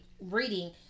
Reading